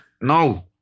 No